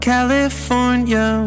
California